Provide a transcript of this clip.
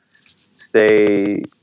stay